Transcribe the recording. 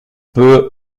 peu